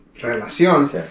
relación